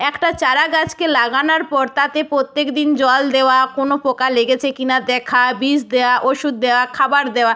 একটা চারা গাছকে লাগানার পর তাতে প্রত্যেক দিন জল দেওয়া কোনো পোকা লেগেছে কি না দেখা বীজ দেওয়া ওষুধ দেওয়া খাবার দেওয়া